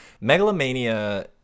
megalomania